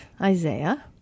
Isaiah